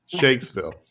Shakespeare